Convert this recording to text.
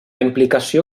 implicació